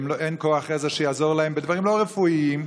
ואין כוח עזר שיעזור להם בדברים לא רפואיים.